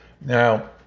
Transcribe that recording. Now